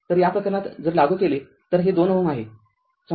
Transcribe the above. तर या प्रकरणात जर लागू केले तर हे २Ω आहे